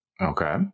okay